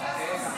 לא, אתם.